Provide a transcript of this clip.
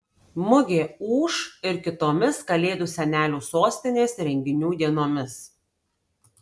mugė ūš ir kitomis kalėdų senelių sostinės renginių dienomis